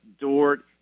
Dort